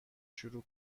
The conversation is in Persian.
شروع